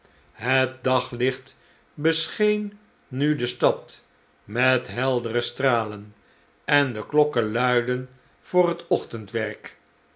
het daglicht bescheen nu de stad met heldere stralen en de klokken luidden voor het ochtendwerk